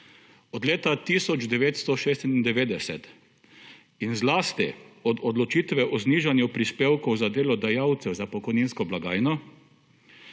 Od leta 1996 in zlasti od odločitve o znižanju prispevkov za delodajalce v pokojninsko blagajno